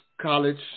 college